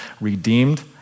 redeemed